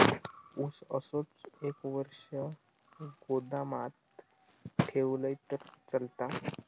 ऊस असोच एक वर्ष गोदामात ठेवलंय तर चालात?